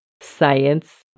Science